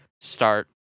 start